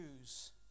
choose